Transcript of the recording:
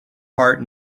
heart